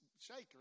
shaker